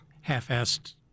half-assed